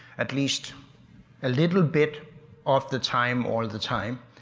at least a little bit of the time all the time,